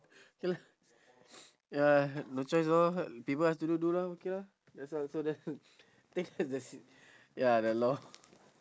ya ya no choice lor people have to do do lor okay lor that's why so then think that's it ya the lor